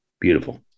Beautiful